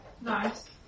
Nice